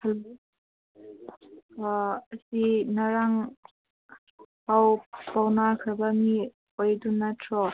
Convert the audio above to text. hello ꯑꯁꯤ ꯉꯔꯥꯡ ꯄꯥꯎ ꯐꯥꯎꯅꯈ꯭ꯔꯕ ꯃꯤ ꯑꯣꯏꯗꯣꯏ ꯅꯠꯇ꯭ꯔꯣ